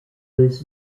was